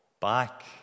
back